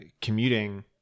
commuting